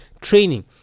training